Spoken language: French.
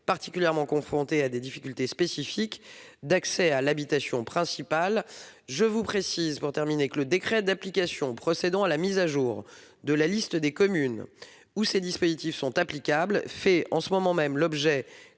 particulièrement confrontées à des difficultés spécifiques d'accès à l'habitation principale. Enfin, je vous précise que le décret d'application procédant à la mise à jour de la liste des communes où ces dispositifs sont applicables fait actuellement l'objet,